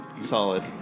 Solid